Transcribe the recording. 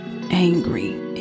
angry